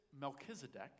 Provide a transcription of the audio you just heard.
Melchizedek